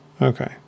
Okay